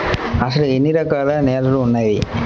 అసలు ఎన్ని రకాల నేలలు వున్నాయి?